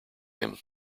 him